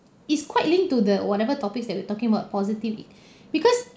it's quite linked to the whatever topics that we're talking about positive because